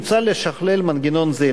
מוצע לשכלל מנגנון זה.